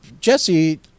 Jesse